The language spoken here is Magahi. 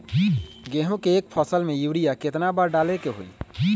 गेंहू के एक फसल में यूरिया केतना बार डाले के होई?